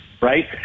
right